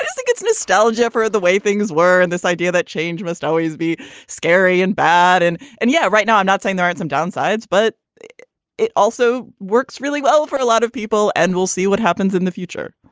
yeah think it's nostalgia for the way things were and this idea that change must always be scary and bad. and and yeah right now i'm not saying there are some downsides but it also works really well for a lot of people. and we'll see what happens in the future